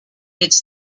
its